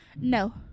No